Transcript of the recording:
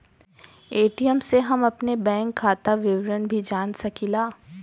ATM से हम अपने बैंक खाता विवरण भी जान सकीला